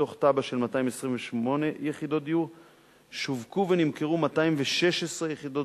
מתוך תב"ע של 228 יחידות דיור שווקו ונמכרו 216 יחידות